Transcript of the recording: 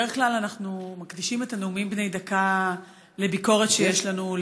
בדרך כלל אנחנו מקדישים את הנאומים בני דקה לביקורת שיש לנו,